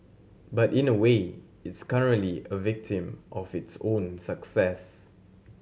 but in a way it's currently a victim of its own success